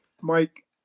Mike